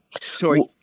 sorry